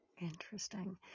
Interesting